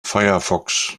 firefox